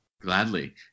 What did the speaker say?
Gladly